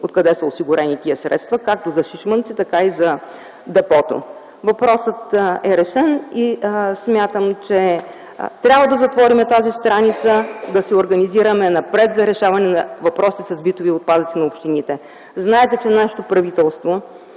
откъде са осигурени тези средства - както за Шишманци, така и за депото. Въпросът е решен. Смятам, че трябва да затворим тази страница и да се организираме напред за решаване на въпроса с битовите отпадъци на общините. Знаете, че нашето правителство